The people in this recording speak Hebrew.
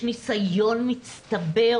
יש ניסיון מצטבר